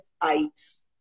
ice